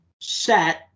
set